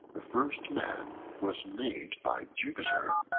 the first man was made by jupiter,